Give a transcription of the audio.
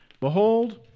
Behold